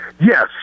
Yes